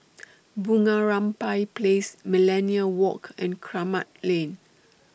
Bunga Rampai Place Millenia Walk and Kramat Lane